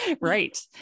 Right